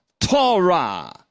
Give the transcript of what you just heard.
Torah